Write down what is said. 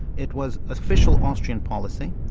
it was official austrian policy.